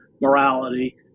morality